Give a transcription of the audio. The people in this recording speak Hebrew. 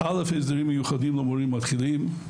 1) הסדרים מיוחדים למורים מתחילים,